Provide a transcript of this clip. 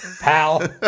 pal